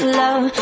love